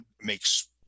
makes